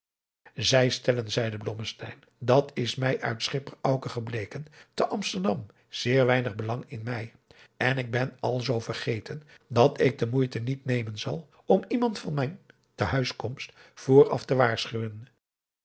zij stellen zeide blommesteyn dat is mij uit schipper auke gebleken te amsterdam zeer weinig belang in mij en ik ben al zoo vergeten dat ik de moei te niet nemen zal om iemand van mijn t huis komst vooraf te waarschuwen